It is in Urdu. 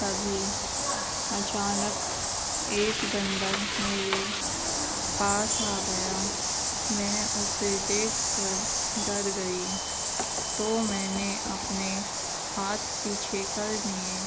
تبھی اچانک ایک بندر میرے پاس آ گیا میں اسے دیکھ کر ڈر گئی تو میں نے اپنے ہاتھ پیچھے کر لیے